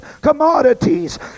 commodities